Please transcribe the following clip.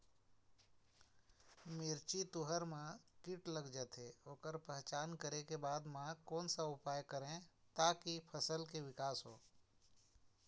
मिर्ची, तुंहर मा कीट लग जाथे ओकर पहचान करें के बाद मा कोन सा उपाय करें ताकि फसल के के विकास हो?